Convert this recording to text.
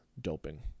doping